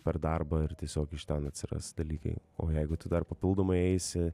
per darbą ar tiesiog iš ten atsiras dalykai o jeigu tu dar papildomai eisi